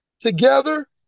Together